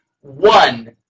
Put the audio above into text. one